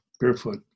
barefoot